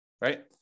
right